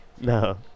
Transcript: No